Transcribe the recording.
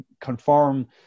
confirm